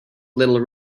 little